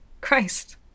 Christ